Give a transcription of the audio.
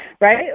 right